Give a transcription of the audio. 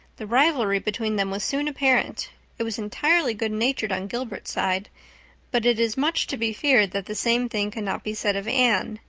the rivalry between them was soon apparent it was entirely good natured on gilbert's side but it is much to be feared that the same thing cannot be said of anne,